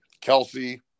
Kelsey